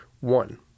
One